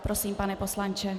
Prosím, pane poslanče.